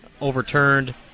overturned